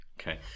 Okay